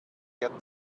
get